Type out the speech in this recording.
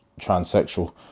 transsexual